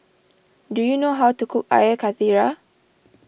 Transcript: do you know how to cook Air Karthira